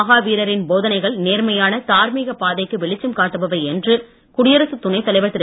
மகாவீர ரின் போதைனகைள் நேற்மையான தார்மீக பாதைக்கு வெளிச்சம் காட்டுபவை என்று குடியரசுத் துணைத் தலைவர் திரு